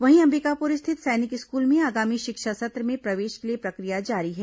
वहीं अंबिकापुर स्थित सैनिक स्कूल में आगामी शिक्षा सत्र में प्रवेश के लिए प्रक्रिया जारी है